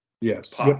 Yes